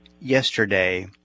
yesterday